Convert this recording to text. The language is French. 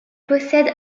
possède